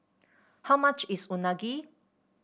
how much is Unagi